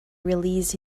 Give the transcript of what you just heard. released